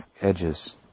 edges